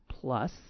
plus